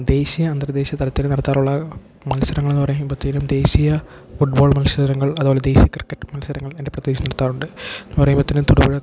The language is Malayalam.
ദേശീയ അന്തർദേശീയ തലത്തിൽ നടത്താറുള്ള മത്സരങ്ങൾ എന്ന് പറയുമ്പോഴ്ത്തേനും ദേശീയ ഫുട്ബോൾ മത്സരങ്ങൾ അത് പോലെ ദേശീയ ക്രിക്കറ്റ് മത്സരങ്ങൾ എൻ്റെ പ്രദേശത്ത് നടത്താറുണ്ട് എന്നു പറയുമ്പോഴ്ത്തേനും തൊടുപുഴ